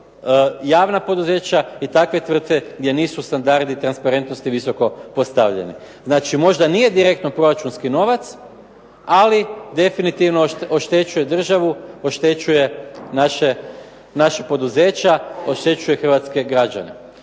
javna poduzeća i takve tvrtke gdje nisu standardni transparentnosti visoko postavljeni. Znači, možda nije direktno proračunski novac ali definitivno oštećuje državu, oštećuje naša poduzeća, oštećuje hrvatske građane.